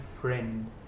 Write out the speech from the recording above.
friend